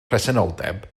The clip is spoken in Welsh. presenoldeb